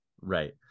Right